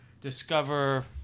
discover